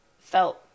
felt